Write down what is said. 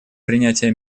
принятия